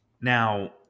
Now